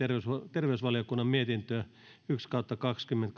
terveysvaliokunnan mietintö yksi